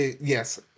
Yes